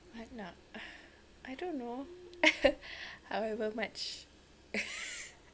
anak I don't know however much